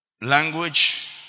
Language